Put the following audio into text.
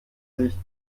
sich